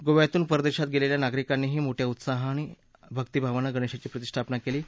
गोव्यातून परदेशात गेल्या नागरिकांनीही मोठ्या उत्साहानं आणि भक्तीभावनानं गणेशाची प्रतिष्ठापना केली आहे